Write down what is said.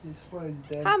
you just dive